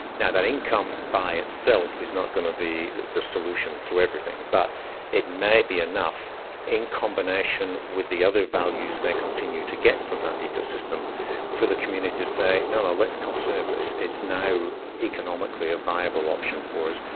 now, that income by itself is not going to be the solution to everything, but it may be enough in combination with the other values they continue to get from that ecosystem for the community to say, no, let's conserve this, it's now economically a viable option for us.